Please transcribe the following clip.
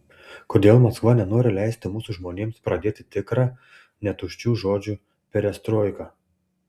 kodėl maskva nenori leisti mūsų žmonėms pradėti tikrą ne tuščių žodžių perestroiką